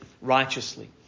righteously